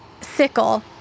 sickle